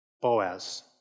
Boaz